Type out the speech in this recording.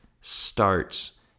starts